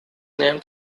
named